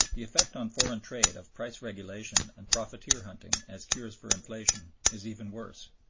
the effect on foreign trade of price-regulation and profiteer-hunting as cures for inflation is even worse.